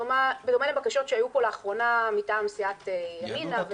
בדומה לבקשות שהיו פה לאחרונה מטעם סיעת ימינה.